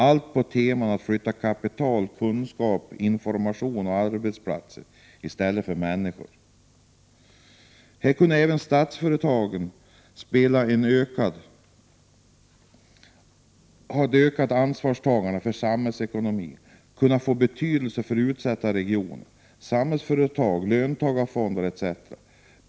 Temat måste vara att man flyttar kapital, kunskap, information och arbetsplatser i stället för människor. Även statsföretag skulle här kunna ta ett större ansvar för samhällsekonomin, vilket skulle vara av betydelse för utsatta regioner. Samhällsföretag, löntagarfonder etc.